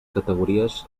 categories